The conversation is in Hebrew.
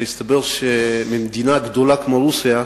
והסתבר שממדינה גדולה כמו רוסיה,